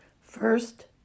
First